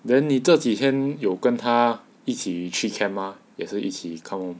then 你这几天有跟他一起去 camp 吗也是一起坑